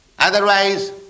Otherwise